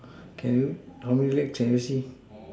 can you how many rib can you see